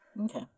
Okay